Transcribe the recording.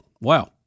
Wow